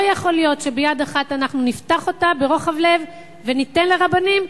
לא יכול להיות שיד אחת אנחנו נפתח ברוחב לב וניתן לרבנים,